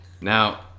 Now